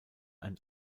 ein